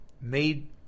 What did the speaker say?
made